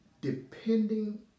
depending